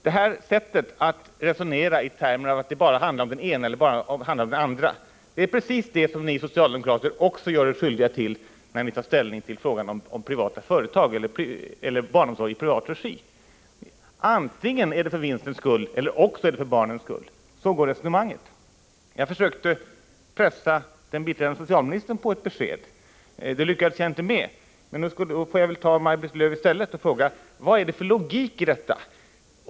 Det här sättet att resonera i termer av att det bara handlar om det ena eller bara om det andra är precis det sätt som ni socialdemokrater också använder när ni tar ställning till frågan om barnomsorg i privat regi. Antingen är det för vinstens skull eller också är det för barnens skull. Så går resonemanget. Jag försökte pressa biträdande socialministern på ett besked. Det lyckades jag inte med, men då får jag väl försöka med Maj-Lis Lööw i stället och fråga: Vad är det för logik i detta?